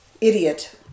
idiot